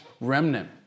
remnant